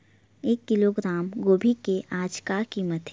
एक किलोग्राम गोभी के आज का कीमत हे?